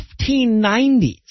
1590s